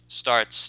starts